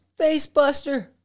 Facebuster